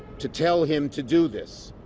to tell him to do this.